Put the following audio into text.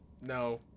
No